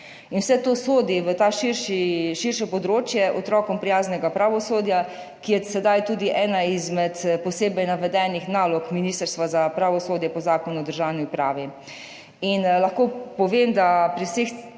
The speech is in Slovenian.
vse to sodi v širše področje otrokom prijaznega pravosodja, ki je sedaj tudi ena izmed posebej navedenih nalog Ministrstva za pravosodje po Zakonu o državni upravi.